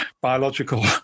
biological